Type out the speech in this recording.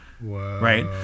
right